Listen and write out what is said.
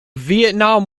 vietnam